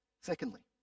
Secondly